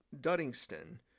Duddingston